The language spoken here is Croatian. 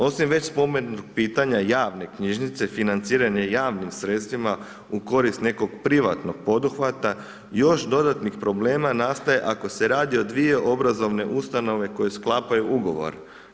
Osim već spomenutih pitanja javne knjižnice financiranja javnim sredstvima u korist nekog privatnog poduhvata, još dodatnih još problema nastaje ako se radi o dvije obrazovne ustanove koje sklapaju ugovor.